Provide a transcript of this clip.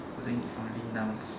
using only nouns